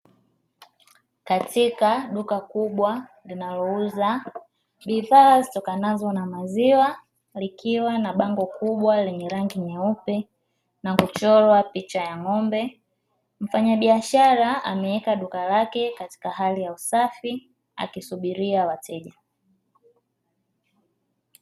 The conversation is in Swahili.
Katika duka kubwa linalouza bidhaa zitokanazo na maziwa, likiwa na bango kubwa lenye rangi nyeupe na kuchorwa picha ya ng'ombe. Mfanyabiashara ameweka duka lake katika hali ya usafi akisubiria wateja.